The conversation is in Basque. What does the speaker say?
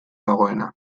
dagoena